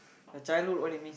you childhood what you mean